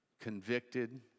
convicted